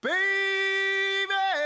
Baby